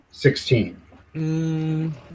Sixteen